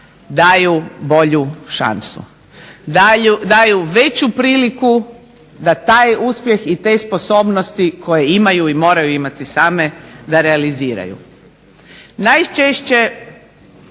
daju bolju šansu. Daju veću priliku da taj uspjeh i te sposobnosti koje imaju i moraju imati same da realiziraju.